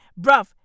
Bruv